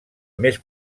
més